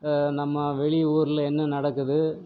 நம்ம வெளி ஊரில் என்ன நடக்குது